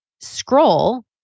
scroll